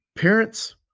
Parents